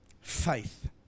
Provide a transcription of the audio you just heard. faith